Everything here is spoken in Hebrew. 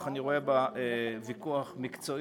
אך אני רואה בה ויכוח מקצועי,